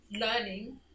learning